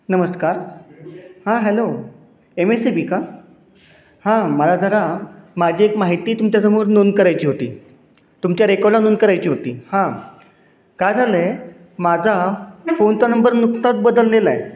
नमस्कार हां hello M S E B का हां मला जरा माझी एक माहिती तुमच्यासमोर नोंद करायची होती तुमच्या रेकॉर्डला नोंद करायची होती हां काय झालं आहे माझा कोणता नंबर नुकताच बदललेला आहे